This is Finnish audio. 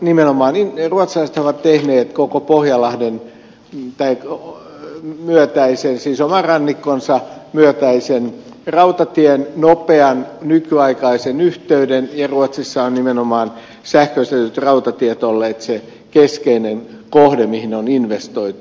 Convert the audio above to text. nimenomaan ruotsalaisethan ovat tehneet koko pohjanlahden myötäisen siis oman rannikkonsa myötäisen rautatien nopean nykyaikaisen yhteyden ja ruotsissa ovat nimenomaan sähköistetyt rautatiet olleet se keskeinen kohde mihin on investoitu